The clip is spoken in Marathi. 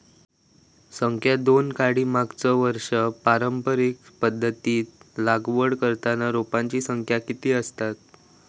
संख्या दोन काडी मागचो वर्षी पारंपरिक पध्दतीत लागवड करताना रोपांची संख्या किती आसतत?